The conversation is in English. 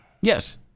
Yes